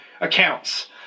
accounts